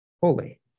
Holy